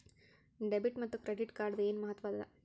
Debit ಮತ್ತ credit ಕಾರ್ಡದ್ ಏನ್ ಮಹತ್ವ ಅದ?